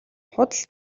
худал